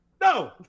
No